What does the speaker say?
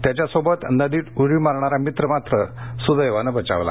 त्याच्या सोबत नदीत उडी मारणारा मित्र सुदैवाने बचावला